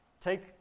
Take